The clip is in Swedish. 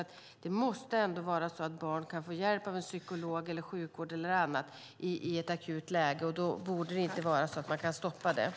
Barn måste ändå kunna få hjälp av psykolog, sjukvård och så vidare i ett akut läge, och då borde det inte gå att stoppa på det här sättet.